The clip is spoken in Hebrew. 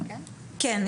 הכלב ותיעודו,